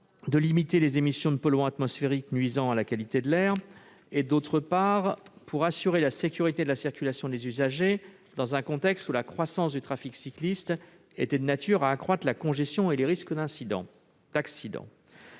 de limiter les émissions de polluants atmosphériques nuisant à la qualité de l'air, d'autre part, d'assurer la sécurité de la circulation des usagers dans un contexte où la croissance du trafic cycliste était de nature à accroître la congestion et les risques d'accidents.